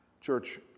Church